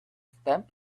stamp